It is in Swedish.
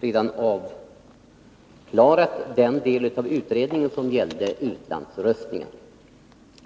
redan klarat av den del av utredningen som gällde utlandsröstningen.